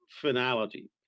finality